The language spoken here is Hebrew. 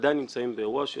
שבוודאי יש לו משמעויות.